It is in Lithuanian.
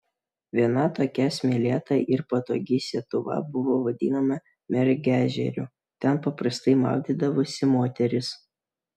viena tokia smėlėta ir patogi sietuva buvo vadinama mergežeriu ten paprastai maudydavosi moterys